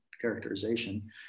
characterization